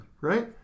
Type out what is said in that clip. right